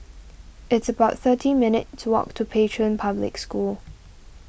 it's about thirty minutes' walk to Pei Chun Public School